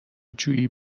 جویی